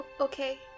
Okay